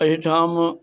एहिठाम